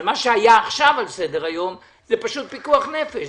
אבל מה שהיה עכשיו על סדר-היום זה פשוט פיקוח נפש.